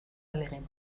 ahalegin